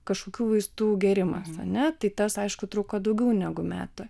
kažkokių vaistų gėrimas ar ne tai tas aišku truko daugiau negu metai